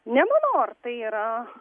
nemanau ar tai yra